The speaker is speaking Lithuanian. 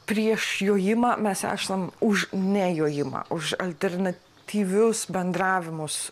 prieš jojimą mes esam už ne jojimą už alternatyvius bendravimus